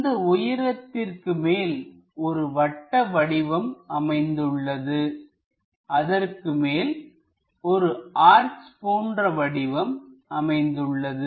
இந்த உயரத்திற்கு மேல் ஒரு வட்ட வடிவம் அமைந்துள்ளது அதற்கு மேல் ஒரு ஆர்ச் போன்ற வடிவம் அமைந்துள்ளது